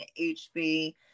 hb